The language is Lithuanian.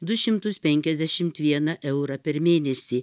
du šimtus penkiasdešimt vieną eurą per mėnesį